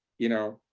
you know,